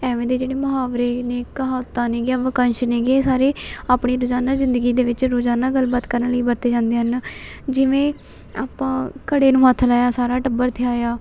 ਐਵੇਂ ਦੇ ਜਿਹੜੇ ਮੁਹਾਵਰੇ ਨੇ ਕਹਾਵਤਾਂ ਨੇਗੀਆਂ ਵਾਕੇਸ਼ ਨੇਗੇ ਇਹ ਸਾਰੇ ਆਪਣੀ ਰੋਜ਼ਾਨਾ ਜ਼ਿੰਦਗੀ ਦੇ ਵਿੱਚ ਰੋਜ਼ਾਨਾ ਗੱਲਬਾਤ ਕਰਨ ਲਈ ਵਰਤੇ ਜਾਂਦੇ ਹਨ ਜਿਵੇਂ ਆਪਾਂ ਘੜੇ ਨੂੰ ਹੱਥ ਲਾਇਆ ਸਾਰਾ ਟੱਬਰ ਥਿਆਇਆ